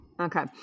Okay